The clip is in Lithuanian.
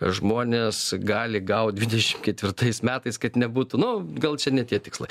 žmonės gali gaut dvidešimt ketvirtais metais kad nebūtų nu gal čia ne tie tikslai